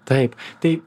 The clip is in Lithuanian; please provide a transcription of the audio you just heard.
taip tai